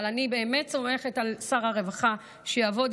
אבל אני באמת סומכת על שר הרווחה שיעבוד